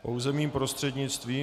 Pouze mým prostřednictvím.